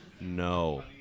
No